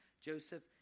Joseph